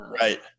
Right